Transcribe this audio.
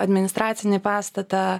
administracinį pastatą